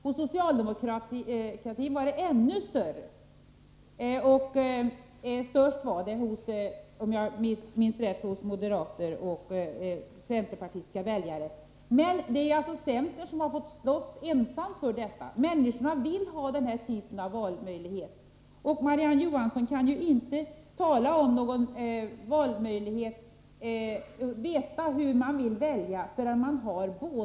Hos socialdemokratiska väljare var önskemålet ännu starkare. Starkast var det, om jag minns rätt, bland moderata och centerpartistiska väljare. Men centerpartiet har ensamt fått slåss för detta. Människorna vill ha den här typen av valmöjlighet. Marie-Ann Johansson kan ju inte veta hur människor vill välja förrän de har erbjudits båda dessa möjligheter.